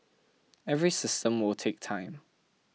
every system will take time